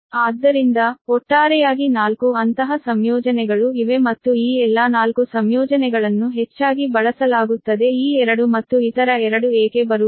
ಆದ್ದರಿಂದ ಒಟ್ಟಾರೆಯಾಗಿ 4 ಅಂತಹ ಸಂಯೋಜನೆಗಳು ಇವೆ ಮತ್ತು ಈ ಎಲ್ಲಾ 4 ಸಂಯೋಜನೆಗಳನ್ನು ಹೆಚ್ಚಾಗಿ ಬಳಸಲಾಗುತ್ತದೆ ಈ ಎರಡು ಮತ್ತು ಇತರ ಎರಡು ಏಕೆ ಬರುವುದಿಲ್ಲ